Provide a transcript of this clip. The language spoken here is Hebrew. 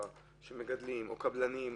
של מגדלים או של קבלנים.